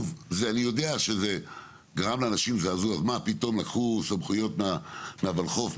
אני יודע שזה שלקחו סמכויות מהולחו"ף,